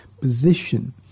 position